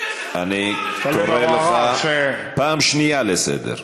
תתבייש לך, אני קורא אותך פעם שנייה לסדר.